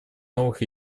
новых